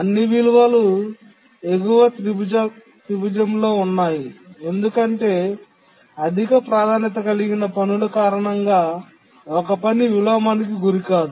అన్ని విలువలు ఎగువ త్రిభుజంలో ఉన్నాయి ఎందుకంటే అధిక ప్రాధాన్యత కలిగిన పనుల కారణంగా ఒక పని విలోమానికి గురికాదు